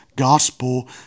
gospel